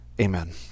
amen